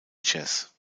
jazz